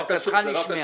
זעקתך נשמעה.